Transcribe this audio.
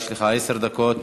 יש לך עשר דקות.